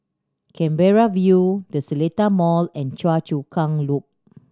Canberra View The Seletar Mall and Choa Chu Kang Loop